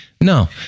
no